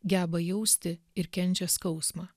geba jausti ir kenčia skausmą